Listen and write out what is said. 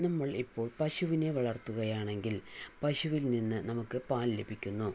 നമ്മൾ ഇപ്പോ പശുവിനെ വളർത്തുകയാണെങ്കിൽ പശുവിൽ നിന്ന് നമുക്ക് പാൽ ലഭിക്കുന്നു